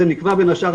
זה נקבע בין השאר,